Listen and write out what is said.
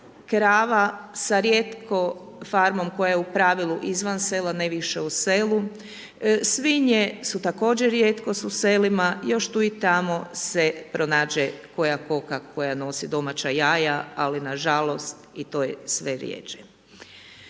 krava sa rijetkom farmom koja je u pravilu izvan sela, ne više u selu. Svinje su također rijetkost u selima, još tu i tamo se pronađe koja koka koja nosi domaća jaja ali nažalost i to je sve rjeđe.